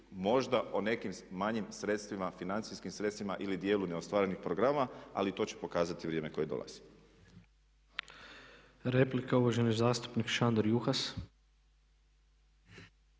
možda o nekim manjim sredstvima, financijskim sredstvima ili dijelu neostvarenih programa. Ali to će pokazati vrijeme koje dolazi. **Tepeš, Ivan (HSP AS)** Replika, uvaženi zastupnik Šandor Juhas.